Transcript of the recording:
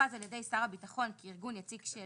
שהוכרז על ידי שר הביטחון כארגון יציג של